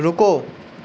رکو